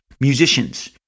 musicians